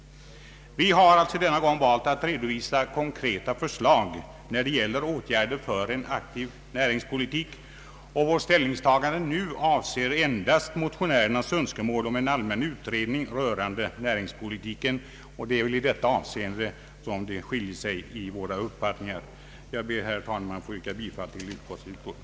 Vi har alltså denna gång valt att redovisa konkreta förslag till åtgärder för en aktiv näringspolitik, och vårt ställningstagande avser endast motionärernas önskemål om en allmän utredning rörande = näringspolitiken. Det är väl i detta avseende våra uppfattningar skiljer sig. Jag ber, herr talman, att få yrka bifall till utskottets hemställan.